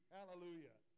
Hallelujah